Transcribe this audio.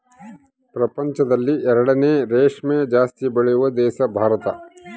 ಪ್ರಪಂಚದಲ್ಲಿ ಎರಡನೇ ರೇಷ್ಮೆ ಜಾಸ್ತಿ ಬೆಳೆಯುವ ದೇಶ ಭಾರತ